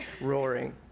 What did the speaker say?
roaring